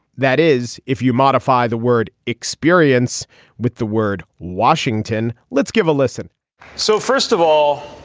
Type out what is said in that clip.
that is, if you modify the word experience with the word washington. let's give a listen so first of all,